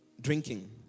drinking